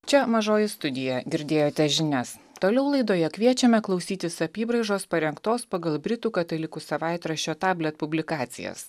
čia mažoji studija girdėjote žinias toliau laidoje kviečiame klausytis apybraižos parengtos pagal britų katalikų savaitraščio tablet publikacijas